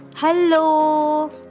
Hello